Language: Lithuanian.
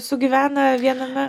sugyvena viename